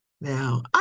Now